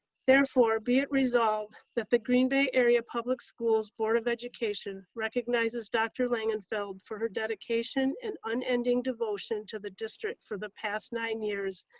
therefore be it resolved that the green bay area public schools board of education recognizes dr. langenfeld for her dedication and unending devotion to the district for the past nine years,